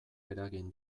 eragin